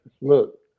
Look